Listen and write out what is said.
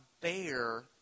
bear